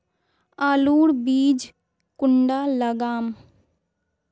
आलूर बीज कुंडा लगाम?